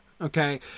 okay